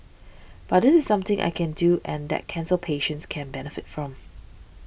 but this is something I can do and that cancer patients can benefit from